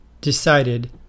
decided